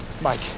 Mike